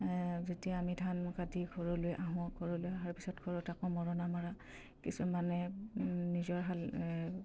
যেতিয়া আমি ধান কাটি ঘৰলৈ আহোঁ ঘৰলৈ অহাৰ পিছত ঘৰত আকৌ মৰণা মৰা কিছুমানে নিজৰ হাল